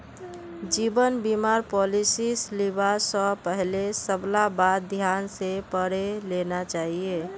जीवन बीमार पॉलिसीस लिबा स पहले सबला बात ध्यान स पढ़े लेना चाहिए